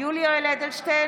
יולי יואל אדלשטיין,